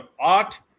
art